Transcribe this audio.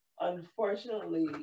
Unfortunately